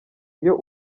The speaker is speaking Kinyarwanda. iyo